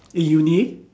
in uni